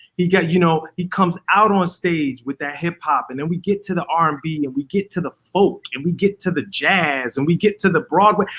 he got, you know, he comes out on stage with that hip hop and then we get to the r and b and we get to the folk and we get to the jazz and we get to the broadway.